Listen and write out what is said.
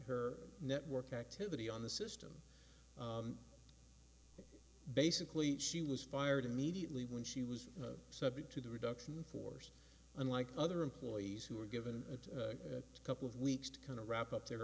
her network activity on the system basically she was fired immediately when she was subject to the reduction in force unlike other employees who were given a couple of weeks to kind of wrap up their